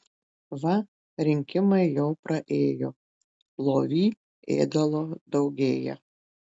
va rinkimai jau praėjo lovy ėdalo daugėja